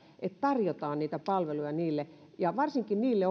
että tarjotaan niitä palveluja varsinkin niille